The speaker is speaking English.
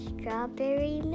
Strawberry